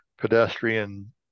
pedestrian